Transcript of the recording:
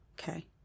okay